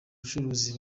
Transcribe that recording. bucuruzi